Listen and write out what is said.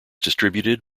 distributed